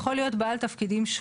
זה לא מופיע בסעיפים.